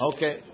Okay